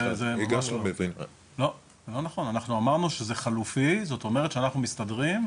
זה אומר שמצד אחד אנחנו משתמשים